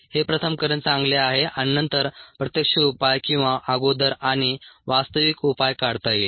हे प्रथम करणे चांगले आहे आणि नंतर प्रत्यक्ष उपाय किंवा अगोदर आणि वास्तविक उपाय काढता येईल